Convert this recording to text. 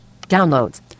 Downloads